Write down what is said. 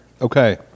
Okay